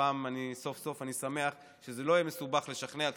הפעם אני שמח סוף-סוף שזה לא יהיה מסובך לשכנע אתכם,